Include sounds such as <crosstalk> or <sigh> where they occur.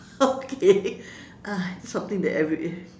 <laughs> okay ah that's something that every